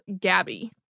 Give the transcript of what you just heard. Gabby